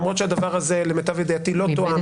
למרות שהדבר הזה למיטב ידיעתי לא תואם,